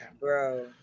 bro